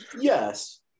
Yes